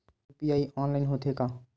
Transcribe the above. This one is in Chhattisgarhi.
यू.पी.आई ऑनलाइन होथे का?